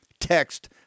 Text